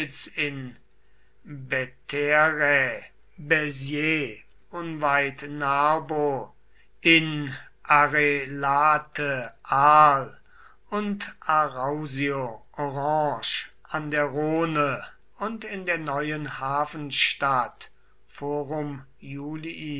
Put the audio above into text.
unweit narbo in arelate arles und arausio orange an der rhone und in der neuen hafenstadt forum iulii